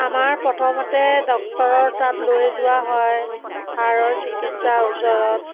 আমাৰ প্ৰথমতে ডাক্তৰৰ তাত লৈ যোৱা হয় হাড়ৰ চিকিৎসাৰ ওচৰত